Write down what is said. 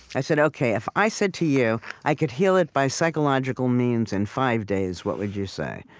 i said, ok, if i said to you i could heal it by psychological means in five days, what would you say?